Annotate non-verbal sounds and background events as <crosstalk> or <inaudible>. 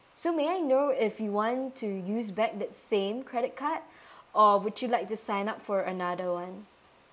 so may I know if you want to use back that same credit card <breath> or would you like to sign up for another one